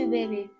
Baby